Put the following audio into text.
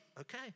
Okay